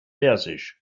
persisch